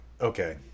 Okay